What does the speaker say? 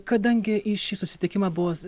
kadangi į šį susitikimą bus